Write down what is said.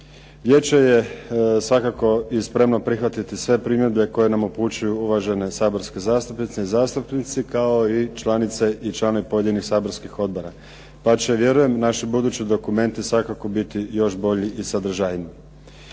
Vijeće je svakako i spremno prihvatiti sve primjedbe koje nam upućuju uvažene saborske zastupnice i zastupnici kao i članice i članovi pojedinih saborskih odbora pa će vjerujem naši budući dokumenti svakako biti još bolji i sadržajniji.